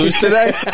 today